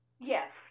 Yes